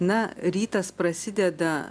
na rytas prasideda